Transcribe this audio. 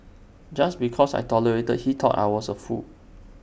just because I tolerated he thought I was A fool